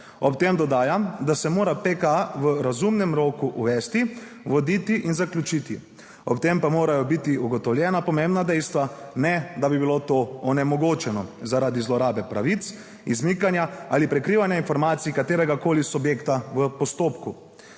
Ob tem dodaja, da se mora PK v razumnem roku uvesti voditi in zaključiti, ob tem pa morajo biti ugotovljena pomembna dejstva, ne da bi bilo to onemogočeno zaradi zlorabe pravic, izmikanja ali prikrivanja informacij kateregakoli subjekta v postopku.